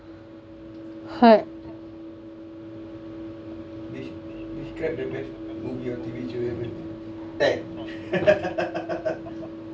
heard